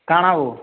କାଣା ବୋ